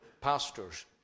pastors